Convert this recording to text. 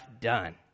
done